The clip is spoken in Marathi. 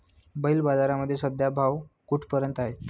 बैल बाजारात सध्या भाव कुठपर्यंत आहे?